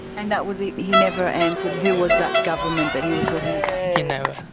and that was it, he never answered who was that government that he was talking about? he never.